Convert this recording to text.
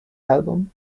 album